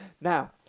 Now